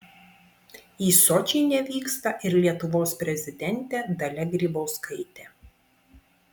į sočį nevyksta ir lietuvos prezidentė dalia grybauskaitė